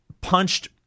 punched